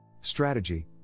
Strategy